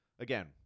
Again